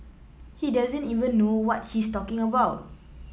he doesn't even know what he's talking about